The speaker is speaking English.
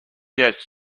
yet